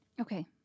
Okay